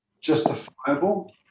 justifiable